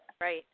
Right